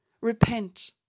repent